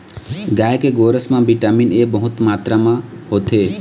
गाय के गोरस म बिटामिन ए बहुत मातरा म होथे